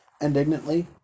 indignantly